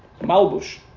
malbush